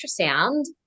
ultrasound